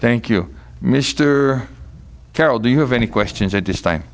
thank you mr carroll do you have any questions at this time